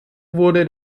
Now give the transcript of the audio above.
wurde